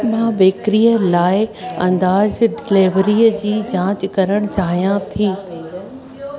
मां बेकरीअ लाइ अंदाज डिलेवरीअ जी जांच करण चाहियां थी